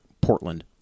Portland